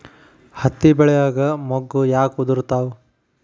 ಹತ್ತಿ ಬೆಳಿಯಾಗ ಮೊಗ್ಗು ಯಾಕ್ ಉದುರುತಾವ್?